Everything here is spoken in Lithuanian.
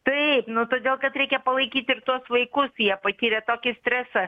taip nu todėl kad reikia palaikyt ir tuos vaikus jie patyrė tokį stresą